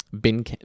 bin